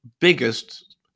biggest